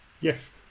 Yes